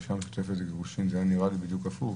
בקשה משותפת לגירושין זה נראה לי בדיוק הפוך,